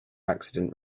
accident